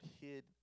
hid